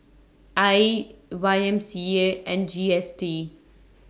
AYE Y M C A and G S T